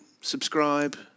subscribe